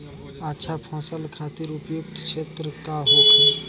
अच्छा फसल खातिर उपयुक्त क्षेत्र का होखे?